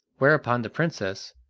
whereupon the princess,